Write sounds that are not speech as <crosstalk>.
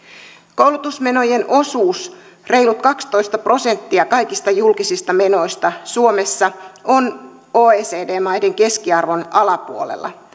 koulutusmenojen osuus reilut kaksitoista prosenttia kaikista julkisista menoista suomessa on oecd maiden keskiarvon alapuolella <unintelligible>